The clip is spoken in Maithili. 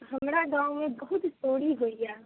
हमरा गाँवमे बहुत चोरी होइए